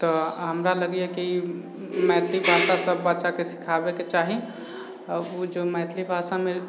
तऽ हमरा लगैए कि मैथिली भाषा सब बच्चाके सिखाबैके चाही आओर उ जे मैथिली भाषामे